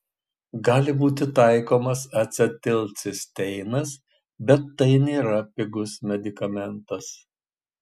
gali būti taikomas acetilcisteinas bet tai nėra pigus medikamentas